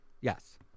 Yes